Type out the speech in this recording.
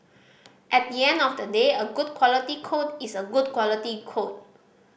at the end of the day a good quality code is a good quality code